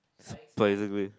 basically